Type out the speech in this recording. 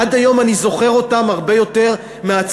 עד היום אני זוכר אותם הרבה יותר מאשר